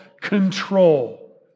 control